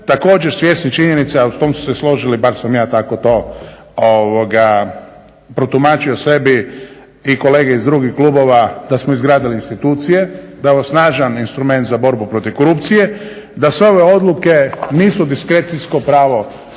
također svjesni činjenice, a s tim su se složili bar sam ja tako to protumačio sebi, i kolege iz drugih klubova, da smo izgradili institucije, da je ovo snažan instrument za borbu protiv korupcije, da sve ove odluke nisu diskrecijsko pravo